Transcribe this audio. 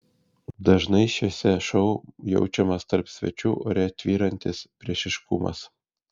dažnai šiuose šou jaučiamas tarp svečių ore tvyrantis priešiškumas